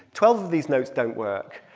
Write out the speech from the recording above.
twelve of these notes don't work.